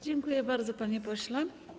Dziękuję bardzo, panie pośle.